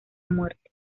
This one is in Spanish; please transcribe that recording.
muerte